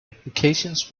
applications